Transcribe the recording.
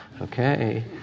Okay